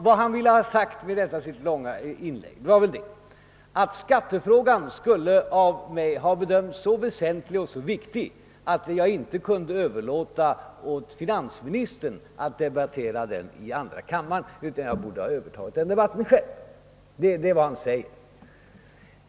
Vad han ville ha sagt med sitt långa inlägg var emellertid bara att skattefrågan av mig borde ha bedömts som så viktig att jag inte kunde överlåta åt finansministern att debattera den i andra kammaren utan själv borde ha övertagit denna uppgift.